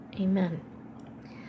Amen